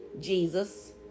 Jesus